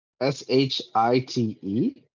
S-H-I-T-E